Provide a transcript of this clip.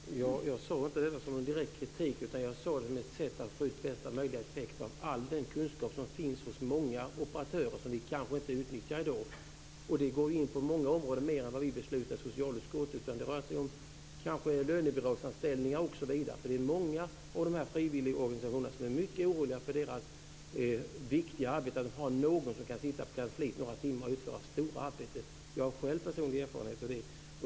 Fru talman! Jag sade inte detta som någon direkt kritik, utan jag undrade över ett sätt att få ut bästa möjliga effekt av all den kunskap som finns hos många operatörer som vi kanske inte utnyttjar i dag. Det går in på många områden, mer än vad vi beslutar i socialutskottet, kanske lönebidragsanställningar osv. Det är många av frivilligorganisationerna som är mycket oroliga för sitt viktiga arbete. De behöver ha någon som kan sitta på kansliet några timmar och utföra stora arbeten. Jag har själv personlig erfarenhet av det.